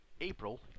April